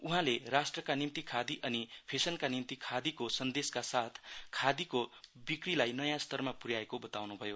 उहाँले राष्ट्रका निम्ति खादी अनि फेसनका निम्ति खादीको सन्देशका साथ खादी को विक्रीलाई नयाँ स्तरमा पुर्याएको बताउनु भयो